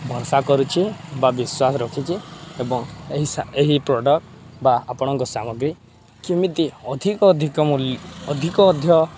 ଭରସା କରୁଛି ବା ବିଶ୍ୱାସ ରଖିଛି ଏବଂ ଏହି ଏହି ପ୍ରଡ଼କ୍ଟ୍ ବା ଆପଣଙ୍କ ସାମଗ୍ରୀ କେମିତି ଅଧିକ ଅଧିକ ମୂଲ୍ୟ ଅଧିକ ଅଧିକ